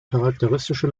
charakteristische